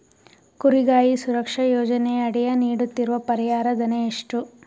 ಕುರಿಗಾಹಿ ಸುರಕ್ಷಾ ಯೋಜನೆಯಡಿ ನೀಡುತ್ತಿರುವ ಪರಿಹಾರ ಧನ ಎಷ್ಟು?